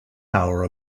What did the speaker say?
tower